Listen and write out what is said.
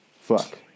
fuck